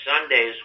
Sundays